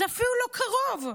זה אפילו לא קרוב.